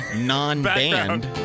non-band